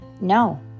no